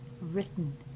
written